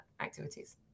activities